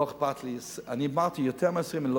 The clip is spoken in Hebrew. לא